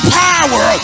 power